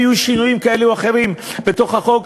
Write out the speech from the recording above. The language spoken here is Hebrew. יהיו שינויים כאלה או אחרים בתוך החוק,